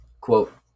Quote